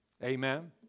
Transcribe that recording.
Amen